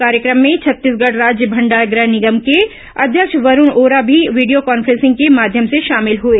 कार्यक्रम में छत्तीसगढ़ राज्य भंडार गृह निगम के अध्यक्ष अरूण वोरा भी वीडियो कॉन्फ्रेंसिंग के माध्यम से शामिल हुए